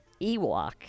Ewok